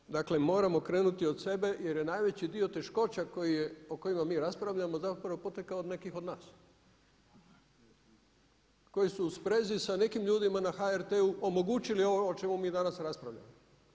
A mi, dakle moramo krenuti od sebe jer je najveći dio teškoća koji je, o kojima mi raspravljamo zapravo potekao od nekih od nas, koji su u sprezi sa nekim ljudima na HRT-u omogućili ovo o čemu mi danas raspravljamo.